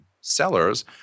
sellers